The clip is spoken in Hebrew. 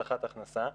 הבטחת הכנסה.